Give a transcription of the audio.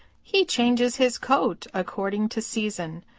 he changes his coat according to season,